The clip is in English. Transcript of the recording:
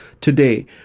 today